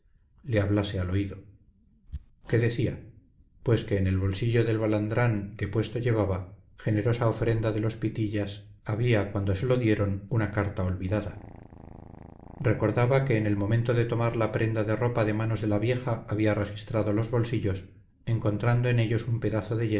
le hablase al oído qué decía pues que en el bolsillo del balandrán que puesto llevaba generosa ofrenda de los pitillas había cuando se lo dieron una carta olvidada recordaba que en el momento de tomar la prenda de ropa de manos de la vieja había registrado los bolsillos encontrando en ellos un pedazo de